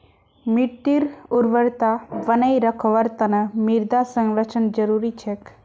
मिट्टीर उर्वरता बनई रखवार तना मृदा संरक्षण जरुरी छेक